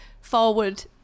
forward